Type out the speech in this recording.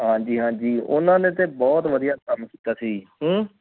ਹਾਂਜੀ ਹਾਂਜੀ ਉਹਨਾਂ ਨੇ ਤਾਂ ਬਹੁਤ ਵਧੀਆ ਕੰਮ ਕੀਤਾ ਸੀ